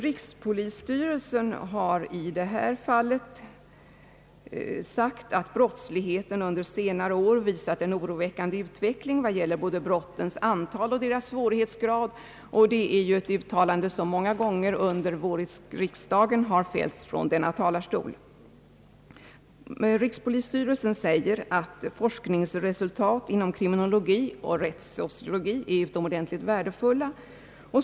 Rikspolisstyrelsen har i detta fall sagt, att brottsligheten under senare år har visat en oroande utveckling både när det gäller brottens antal och svårighetsgrad. Det är ett uttalande som många gånger under vårriksdagen gjorts från denna talarstol. Rikspolisstyrelsen — framhåller = att forskningsresultat inom kriminologi och rättssociologi är utomordentligt värdefulla.